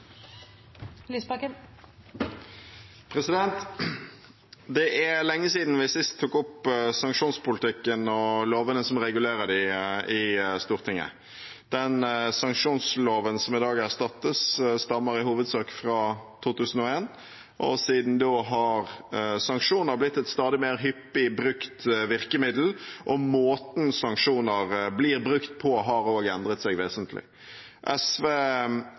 lenge siden vi sist tok opp sanksjonspolitikken og lovene som regulerer det, i Stortinget. Den sanksjonsloven som i dag erstattes, stammer i hovedsak fra 2001. Siden da har sanksjoner blitt et stadig mer hyppig brukt virkemiddel, og måten sanksjoner blir brukt på, har også endret seg vesentlig. SV